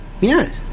Yes